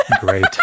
Great